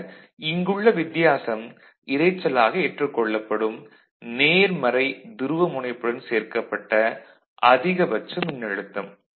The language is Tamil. ஆக இங்குள்ள வித்தியாசம் இரைச்சலாக ஏற்றுக் கொள்ளப்படும் நேர்மறை துருவமுனைப்புடன் சேர்க்கப்பட்ட அதிகபட்ச மின்னழுத்தம்